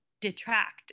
detract